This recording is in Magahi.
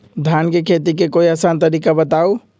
धान के खेती के कोई आसान तरिका बताउ?